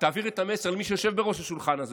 תעביר את המסר למי שיושב בראש השולחן הזה,